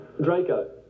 Draco